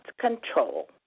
Control